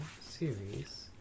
series